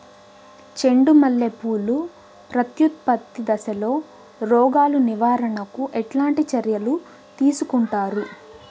చెండు మల్లె పూలు ప్రత్యుత్పత్తి దశలో రోగాలు నివారణకు ఎట్లాంటి చర్యలు తీసుకుంటారు?